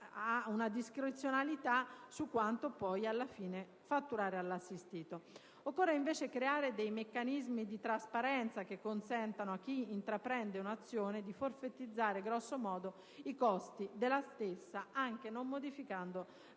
alea e discrezionalità su quanto alla fine fatturare all'assistito. Occorre invece creare meccanismi di trasparenza che consentano a chi intraprende un'azione di forfetizzare grosso modo i costi della stessa, anche non modificando l'attuale